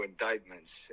indictments